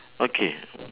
okay